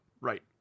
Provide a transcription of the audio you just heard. Right